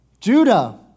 Judah